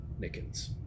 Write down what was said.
Nickens